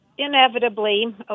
inevitably